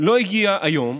לא הגיע היום,